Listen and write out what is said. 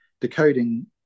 decoding